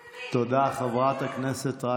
תודה, חברת הכנסת רייטן.